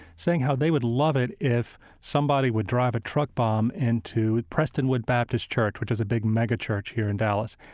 saying how they would love it if somebody would drive a truck bomb into prestonwood baptist church, which is a big mega-church here in dallas.